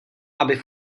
aby